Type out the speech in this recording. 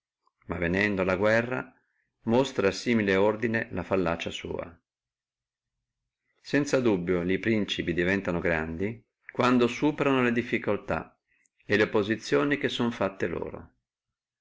ma venendo la guerra monstra simile ordine la fallacia sua sanza dubbio e principi diventano grandi quando superano le difficultà e le opposizioni che sono fatte loro